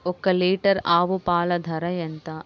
ఒక్క లీటర్ ఆవు పాల ధర ఎంత?